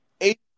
eight